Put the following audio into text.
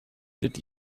did